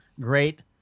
Great